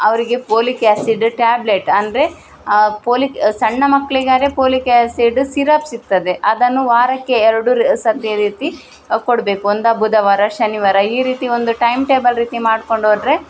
ಅವರಿಗೆ folic acid tablet ಅಂದರೆ folic ಸಣ್ಣ ಮಕ್ಳಿಗಾದ್ರೆ ಪೋಲಿಕ್ ಆ್ಯಸಿಡ್ ಸಿರಪ್ ಸಿಗ್ತದೆ ಅದನ್ನು ವಾರಕ್ಕೆ ಎರಡು ರ ಸರ್ತಿ ರೀತಿ ಕೊಡಬೇಕು ಒಂದು ಬುಧವಾರ ಶನಿವಾರ ಈ ರೀತಿ ಒಂದು ಟೈಮ್ಟೇಬಲ್ ರೀತಿ ಮಾಡಿಕೊಂಡೋದ್ರೆ